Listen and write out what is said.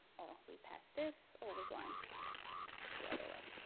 we passed this. oh, we're going the other way.